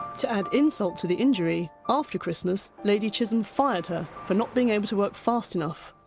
to add insult to the injury, after christmas lady chisholm fired her for not being able to work fast enough.